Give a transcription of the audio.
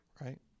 Right